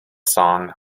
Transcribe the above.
song